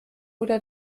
oder